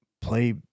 play